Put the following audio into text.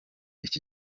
iki